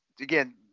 again